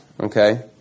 okay